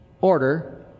order